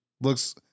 Looks